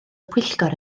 pwyllgor